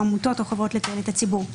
או עמותות או חברות לתועלת הציבור.